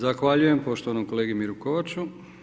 Zahvaljujem poštovanom kolegi Miri Kovaču.